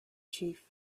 chief